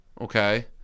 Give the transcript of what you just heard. okay